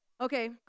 Okay